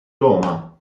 roma